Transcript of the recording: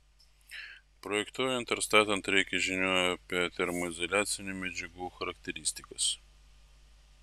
projektuojant ir statant reikia žinių apie termoizoliacinių medžiagų charakteristikas